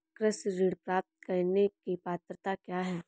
कृषि ऋण प्राप्त करने की पात्रता क्या है?